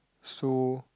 so